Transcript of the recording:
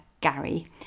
gary